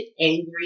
angry